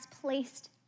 placed